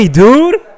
dude